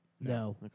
No